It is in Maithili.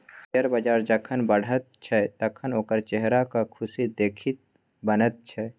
शेयर बजार जखन बढ़ैत छै तखन ओकर चेहराक खुशी देखिते बनैत छै